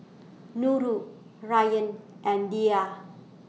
Nurul Ryan and Dhia